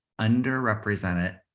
underrepresented